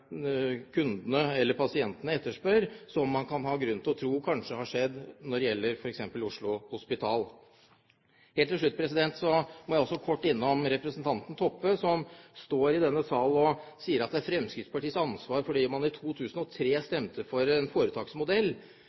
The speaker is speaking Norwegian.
kundene, pasientene, etterspør. Det kan man ha grunn til å tro har skjedd når det gjelder f.eks. Oslo Hospital. Helt til slutt må jeg også kort innom representanten Toppe, som står i denne sal og sier at det er Fremskrittspartiets ansvar fordi man i 2003 stemte for en foretaksmodell,